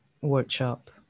workshop